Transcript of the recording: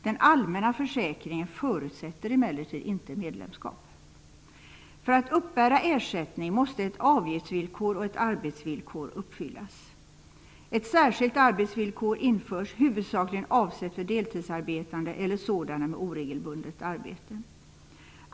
Den allmänna försäkringen förutsätter emellertid inte medlemskap. För att man skall uppbära ersättning måste ett avgiftsvillkor och ett arbetsvillkor uppfyllas. Ett särskilt arbetsvillkor införs huvudsakligen avsett för deltidsarbetande eller sådana med oregelbundet arbete.